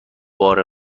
بار